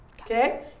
okay